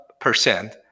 percent